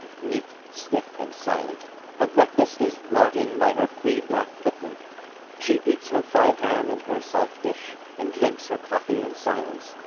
neat, stiff, and silent her breakfast is brought in by her free black footman she eats her fried ham and her salt fish, and drinks her coffee in silence,